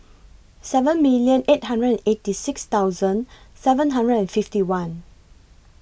seven million eight hundred and eighty six thousand seven hundred and fifty one